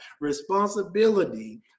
responsibility